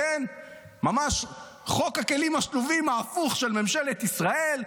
ממש חוק הכלים השלובים ההפוך של ממשלת ישראל,